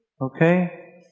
Okay